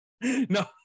No